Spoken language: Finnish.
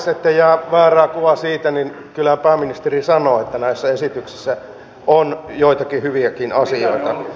ettei jää väärää kuvaa siitä niin kyllä pääministeri sanoi että näissä esityksissä on joitakin hyviäkin asioita